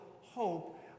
hope